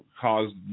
caused